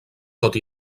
tot